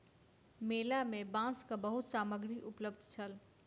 मेला में बांसक बहुत सामग्री उपलब्ध छल